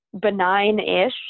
benign-ish